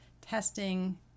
testing